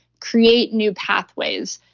create new pathways.